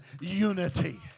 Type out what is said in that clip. unity